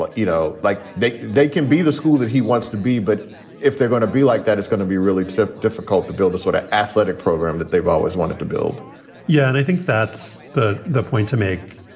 ah you know, like they they can be the school that he wants to be. but if they're going to be like that is going to be really difficult to build the sort of athletic program that they've always wanted to build yeah, and i think that's the the point to make,